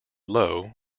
low